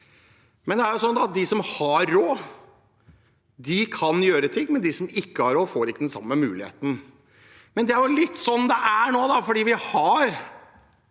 at de som har råd, kan gjøre ting, men de som ikke har råd, får ikke den samme muligheten. Det er litt sånn det er nå. Vi har